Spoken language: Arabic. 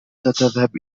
ستذهب